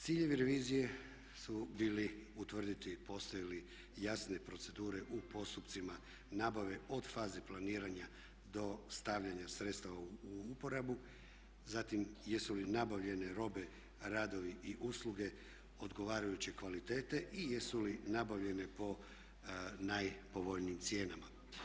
Ciljevi revizije su bili utvrditi postoje li jasne procedure u postupcima nabave od faze planiranja do stavljanja sredstava u uporabu, zatim jesu li nabavljene robe, radovi i usluge odgovarajuće kvalitete i jesu li nabavljene po najpovoljnijim cijenama.